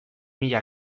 mila